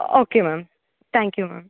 okay ma'am thank you ma'am